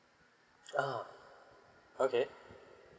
(uh huh) okay